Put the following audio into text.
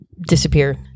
disappear